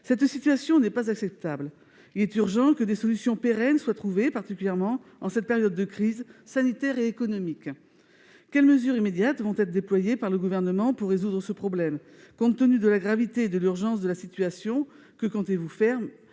Cette situation n'est pas acceptable. Il est urgent que des solutions pérennes soient trouvées, particulièrement en cette période de crise sanitaire et économique. Quelles mesures immédiates seront déployées par le Gouvernement pour résoudre ce problème ? Madame la ministre, compte tenu de la gravité et de l'urgence de la situation, que comptez-vous faire